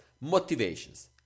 motivations